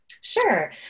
Sure